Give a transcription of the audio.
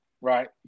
Right